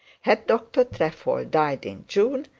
had dr trefoil died in june,